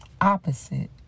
opposite